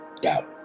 Doubt